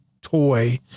toy